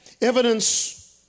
evidence